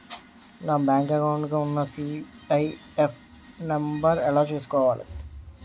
నా bank account కి ఉన్న సి.ఐ.ఎఫ్ నంబర్ ఎలా చూసుకోవాలి?